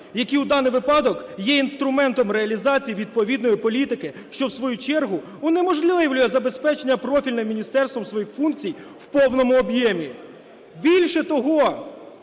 які в даний випадок є інструментом реалізації відповідної політики, що в свою чергу унеможливлює забезпечення профільним міністерством своїх функцій в повному об'ємі. Більше того,